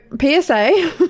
PSA